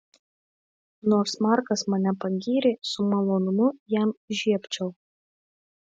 nors markas mane pagyrė su malonumu jam žiebčiau